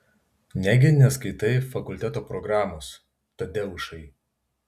negi neskaitai fakulteto programos tadeušai